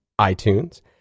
iTunes